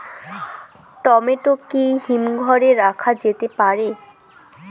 Tomato কি হিমঘর এ রাখা যেতে পারে?